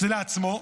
שזה לעצמו,